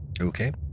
Okay